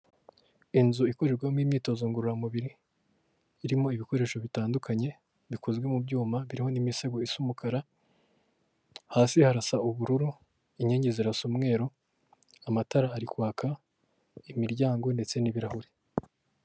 Inzu ikorerwamo imyitozo ngororamubiri, irimo ibikoresho bitandukanye bikozwe mu byuma biriho n'imisego isa umukara, hasi harasa ubururu, inkingi zirasa umweru, amatara ari kwaka, imiryango ndetse n'ibirahure.